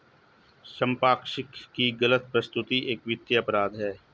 संपार्श्विक की गलत प्रस्तुति एक वित्तीय अपराध है